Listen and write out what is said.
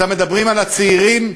אתם מדברים על הצעירים.